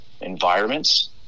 environments